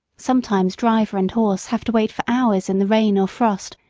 sometimes driver and horse have to wait for hours in the rain or frost,